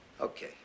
Okay